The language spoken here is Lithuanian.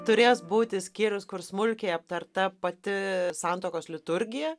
turės būti skyrius kur smulkiai aptarta pati santuokos liturgija